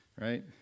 right